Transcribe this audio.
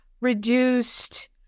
reduced